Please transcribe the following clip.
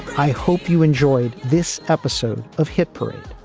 i hope you enjoyed this episode of hit parade.